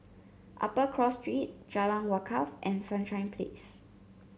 Upper Cross Street Jalan Wakaff and Sunshine Place